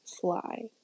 fly